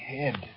head